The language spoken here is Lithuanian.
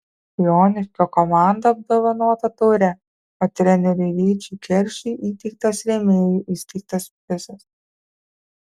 joniškio komanda apdovanota taure o treneriui ryčiui keršiui įteiktas rėmėjų įsteigtas prizas